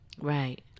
Right